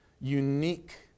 unique